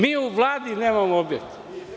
Mi u Vladi nemamo objekat.